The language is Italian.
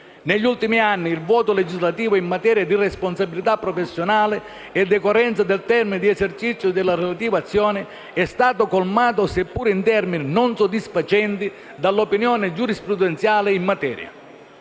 Negli ultimi anni il vuoto legislativo in materia di responsabilità professionale e decorrenza del termine di esercizio della relativa azione è stato colmato, seppure in termini non soddisfacenti, dall'opinione giurisprudenziale in materia.